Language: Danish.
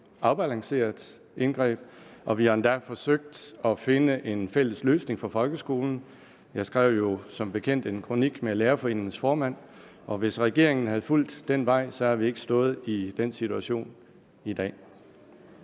afbalanceret indgreb, og vi har endda forsøgt at finde en fælles løsning for folkeskolen. Jeg skrev jo som bekendt en kronik sammen med lærerforeningens formand, og hvis regeringen havde fulgt den vej, havde vi ikke stået i denne situation i dag.